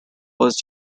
was